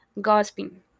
gossiping